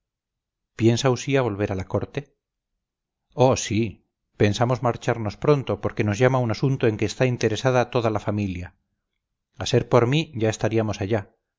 volver a la corte oh sí pensamos marcharnos pronto porque nos llama un asunto en que está interesada toda la familia a ser por mí ya estaríamos allá